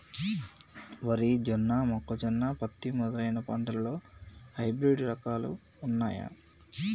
వరి జొన్న మొక్కజొన్న పత్తి మొదలైన పంటలలో హైబ్రిడ్ రకాలు ఉన్నయా?